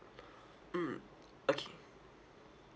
mm okay